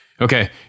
Okay